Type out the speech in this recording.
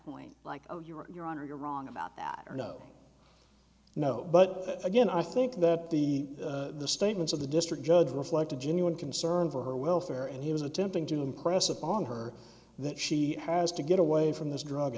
point like oh you're on or you're wrong about that or no no but again i think that the statements of the district judge reflect a genuine concern for her welfare and he was attempting to impress upon her that she has to get away from this drug